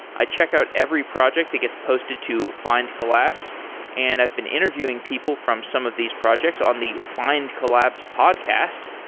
i check out every project that gets posted to findcollabs and i've been interviewing people from some of these projects on the findcollabs podcast.